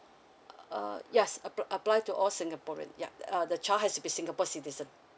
uh yes apply apply to all singaporean yup uh the child has to be singapore citizen